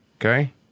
Okay